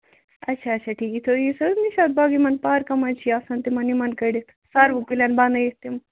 اَچھا اَچھا ٹھیٖک یُس حظ نِشاط باغ یِمن پارکَن منٛز چھِ آسان تِمن یِمن کٔڈِتھ سروٕ کُلٮ۪ن بَنٲوِتھ تِم